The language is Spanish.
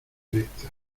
néctar